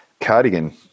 Cardigan